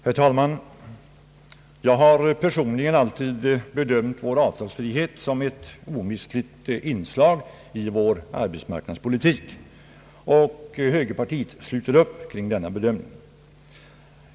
Herr talman! Jag har personligen alltid bedömt vår avtalsfrihet som ett omistligt inslag i vår arbetsmarknadspolitik, och högerpartiet sluter upp kring denna bedömning.